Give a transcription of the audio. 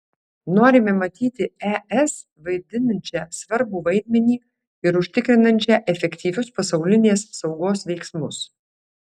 norime matyti es vaidinančią svarbų vaidmenį ir užtikrinančią efektyvius pasaulinės saugos veiksmus